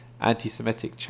anti-semitic